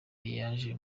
yaje